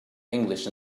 english